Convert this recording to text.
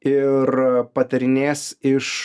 ir patarinės iš